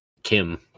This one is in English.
Kim